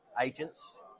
agents